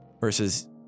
versus